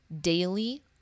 daily